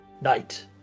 Night